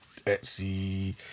Etsy